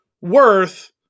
worth